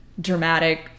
dramatic